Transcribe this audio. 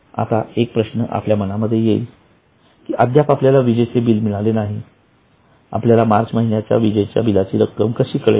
आता एक प्रश्न आपल्या मनामध्ये येईल की अद्याप आपल्याला विजेचे बिल मिळाले नाही आपल्याला मार्च महिन्याच्या विजेच्या बिलाची रक्कम कशी कळेल